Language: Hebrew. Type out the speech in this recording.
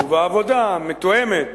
ובעבודה מתואמת,